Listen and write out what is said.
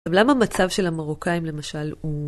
למה המצב של המרוקאים, למשל, הוא...